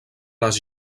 les